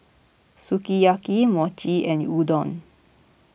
Sukiyaki Mochi and Udon